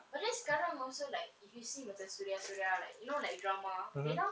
but then sekarang also like if you see macam suria suria like you know like drama they now